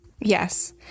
Yes